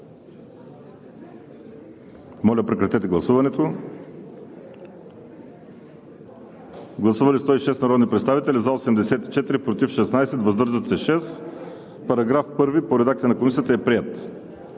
по редакция на Комисията. Гласували 106 народни представители: за 84, против 16, въздържали се 6. Параграф 1 по редакция на Комисията е приет.